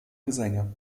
gesänge